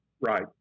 Right